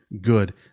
good